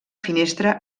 finestra